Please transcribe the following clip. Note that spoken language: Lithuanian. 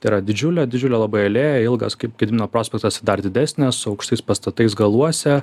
tai yra didžiulė didžiulė labai alėja ilgas kaip gedimino prospektas dar didesnė su aukštais pastatais galuose